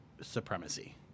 supremacy